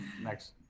next